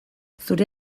zure